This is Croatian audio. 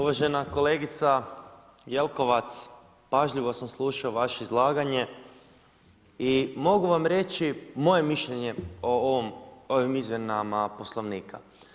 Uvažena kolegica Jelkovac, pažljivo sam slušao vaše izlaganje i mogu vam reći moje mišljenje o ovim izmjenama Poslovnika.